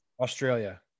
Australia